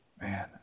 Man